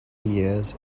years